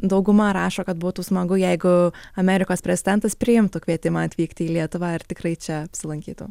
dauguma rašo kad būtų smagu jeigu amerikos prezidentas priimtų kvietimą atvykti į lietuvą ir tikrai čia apsilankytų